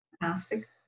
fantastic